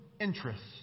interests